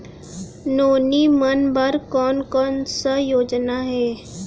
नोनी मन बर कोन कोन स योजना हे?